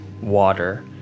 water